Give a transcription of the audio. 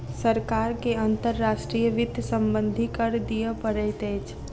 सरकार के अंतर्राष्ट्रीय वित्त सम्बन्धी कर दिअ पड़ैत अछि